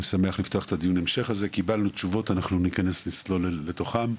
קיבלנו תשובות וניכנס לתוכן.